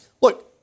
Look